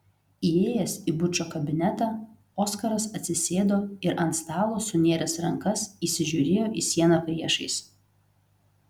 įėjęs į bučo kabinetą oskaras atsisėdo ir ant stalo sunėręs rankas įsižiūrėjo į sieną priešais